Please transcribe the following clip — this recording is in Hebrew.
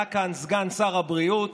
היה כאן סגן שר הבריאות,